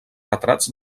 retrats